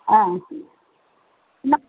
ஆ என்ன